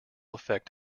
affect